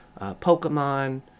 pokemon